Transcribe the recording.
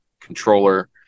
controller